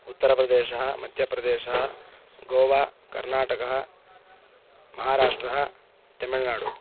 उत्तरप्रदेशः मध्यप्रदेशः गोवा कर्नाटकः महाराष्ट्रः तमिळ्नाडु